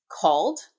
called